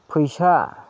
फैसा